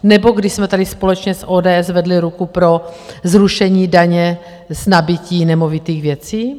Nebo když jsme tady společně s ODS zvedli ruku pro zrušení daně z nabytí nemovitých věcí?